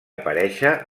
aparèixer